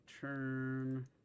turn